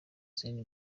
zindi